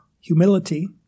humility